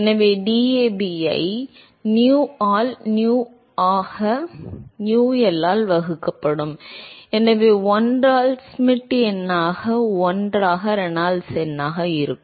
எனவே DAB ஐ nu ஆல் nu ஆக UL ஆல் வகுக்கப்படும் எனவே 1 ஆல் ஷ்மிட் எண்ணாக 1 ஆக ரெனால்ட்ஸ் எண்ணாக இருக்கும்